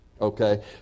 Okay